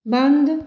ਬੰਦ